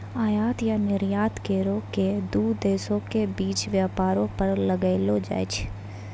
आयात या निर्यात करो के दू देशो के बीच व्यापारो पर लगैलो जाय छै